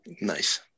Nice